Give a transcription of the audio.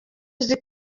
uzi